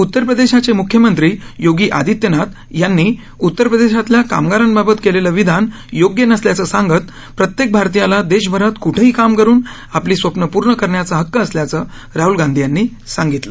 उत्तर प्रदेशाचे मुख्यमंत्री योगी आदित्यनाथ यांनी उत्तर प्रदेशातल्या कामगारांबाबत केलेलं विधान योग्य नसल्याचं सांगत प्रत्येक भारतीयाला देशभरात कुंठही काम करून आपली स्वप्न पूर्ण करण्याचा हक्क असल्याचं राहल गांधी यांनी सांगितलं